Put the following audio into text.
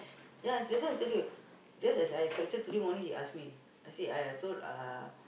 ya that's why I tell you just as I expected today morning he ask me I said I I told uh